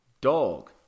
Dog